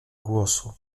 głosu